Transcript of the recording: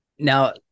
Now